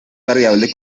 variable